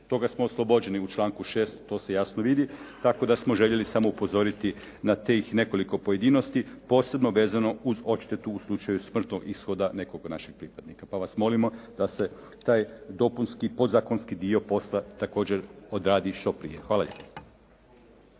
toga smo oslobođeni u članku 6. to se jasno vidi, tako da smo željeli samo upozoriti na tih nekoliko pojedinosti posebno vezano uz odštetu u slučaju smrtnog ishoda nekog od naših pripadnika. Pa vas molimo da se taj dopunski podzakonski dio posla također odradi što prije. Hvala lijepo.